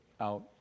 out